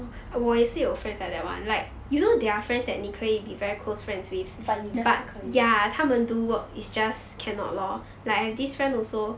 but 你 just 不可以